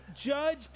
judge